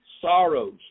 sorrows